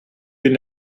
энэ